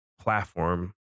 Platform